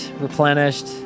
replenished